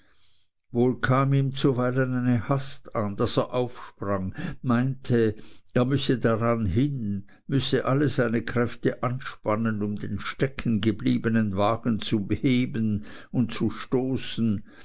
wohl kam ihm zuweilen eine hast an daß er aufsprang meinte er müsse dran hin müsse alle seine kräfte anspannen um den steckengebliebenen wagen zu heben und zu stoßen